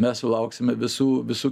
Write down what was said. mes sulauksime visų visų